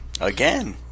Again